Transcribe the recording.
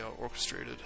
orchestrated